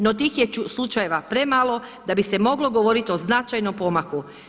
No tih je slučajeva premalo da bi se moglo govoriti o značajnom pomaku.